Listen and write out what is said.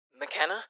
McKenna